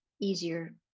easier